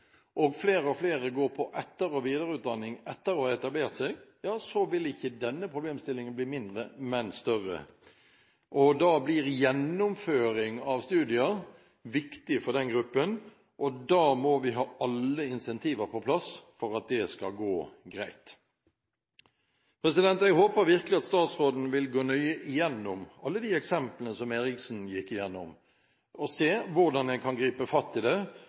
og flere og flere går på etter- og videreutdanning etter å ha etablert seg, vil ikke denne problemstillingen bli mindre, men større. Da blir gjennomføring av studier viktige for den gruppen, og da må vi ha alle incentiver på plass for at det skal gå greit. Jeg håper virkelig at statsråden vil gå nøye igjennom alle de eksemplene som Eriksen gikk igjennom, og se hvordan en kan gripe fatt i det.